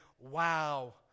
wow